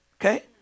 Okay